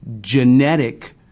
genetic